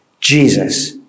Jesus